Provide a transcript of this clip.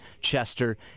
Chester